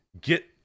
get